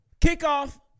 kickoff